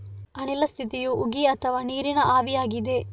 ಅನಿಲ ಸ್ಥಿತಿಯು ಉಗಿ ಅಥವಾ ನೀರಿನ ಆವಿಯಾಗಿದೆ